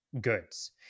goods